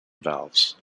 valves